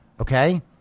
Okay